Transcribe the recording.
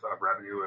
revenue